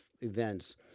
events